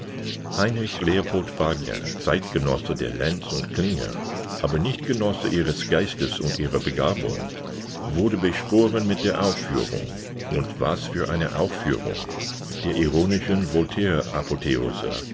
heinrich leopold wagner zeitgenosse der lenz und klinger aber nicht genosse ihres geistes und ihrer begabung wurde beschworen mit der aufführung und was für einer aufführung der ironischen